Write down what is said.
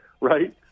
right